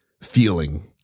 feeling